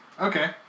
Okay